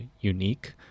unique